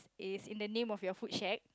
is in the name of your food shack